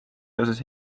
seoses